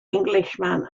englishman